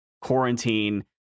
quarantine